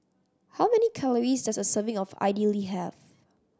how many calories does a serving of Idili have